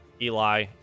Eli